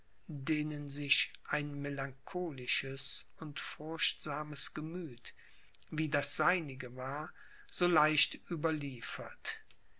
denen sich ein melancholisches und furchtsames gemüth wie das seinige war so leicht überliefert